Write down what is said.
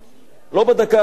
לא בדקה הראשונה,